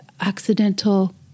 accidental